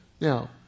Now